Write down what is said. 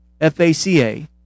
FACA